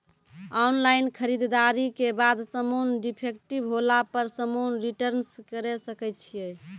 Online खरीददारी के बाद समान डिफेक्टिव होला पर समान रिटर्न्स करे सकय छियै?